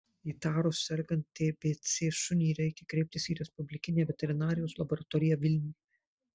įtarus sergant tbc šunį reikia kreiptis į respublikinę veterinarijos laboratoriją vilniuje